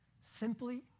Simply